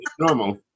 Normal